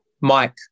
Mike